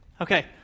Okay